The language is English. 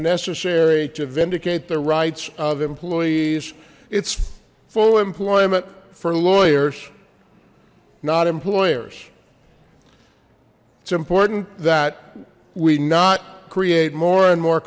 necessary to vindicate the rights of employees it's full employment for lawyers not employers it's important that we not create more and more